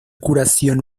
curación